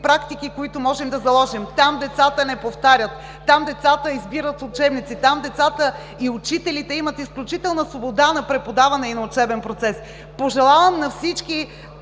които можем да заложим. Там децата не повтарят, там децата избират учебници, там децата и учителите имат изключителна свобода на преподаване и на учебен процес. Пожелавам на всички